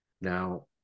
Now